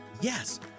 Yes